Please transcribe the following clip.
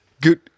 Good